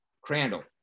Crandall